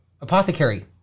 apothecary